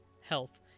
health